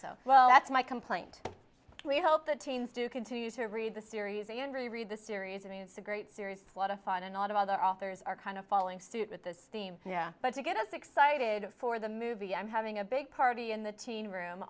so well that's my complaint we hope that teens do continue to read the series and really read the series and it's a great series a lot of fun and a lot of other authors are kind of following suit with this theme yeah but to get us excited for the movie i'm having a big party in the teen room